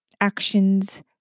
actions